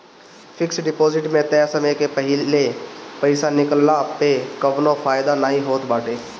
fix deposit में तय समय के पहिले पईसा निकलला पअ कवनो फायदा नाइ होत बाटे